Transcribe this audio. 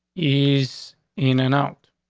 he's in and out.